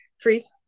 freeze